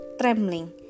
trembling